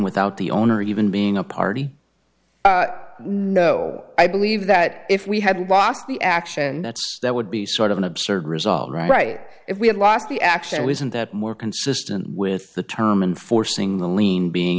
without the owner even being a party no i believe that if we had lost the action that would be sort of an absurd result right if we had lost the actual isn't that more consistent with the term and forcing the lien being